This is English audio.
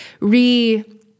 re-